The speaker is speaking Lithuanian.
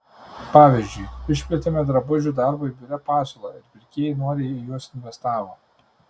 pavyzdžiui išplėtėme drabužių darbui biure pasiūlą ir pirkėjai noriai į juos investavo